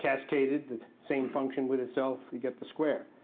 cascaded the same function with itself, you get the square.